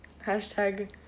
Hashtag